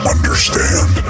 Understand